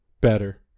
better